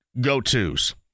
go-tos